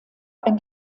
ein